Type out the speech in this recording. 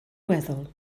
weddol